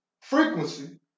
frequency